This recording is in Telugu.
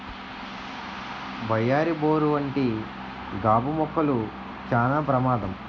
వయ్యారి బోరు వంటి గాబు మొక్కలు చానా ప్రమాదం